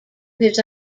his